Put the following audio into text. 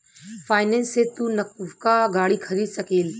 finance से तू नवका गाड़ी खरीद सकेल